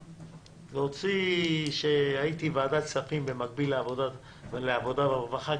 להוציא שהייתי בוועדת הכספים במקביל לוועדת העבודה והרווחה,